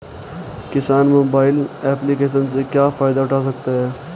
किसान mobile application से क्या फायदा उठा सकता है?